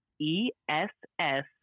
E-S-S